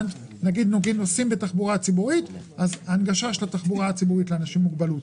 מכניסים את ההנגשה של התחבורה הציבורית לאנשים עם מוגבלות.